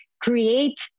create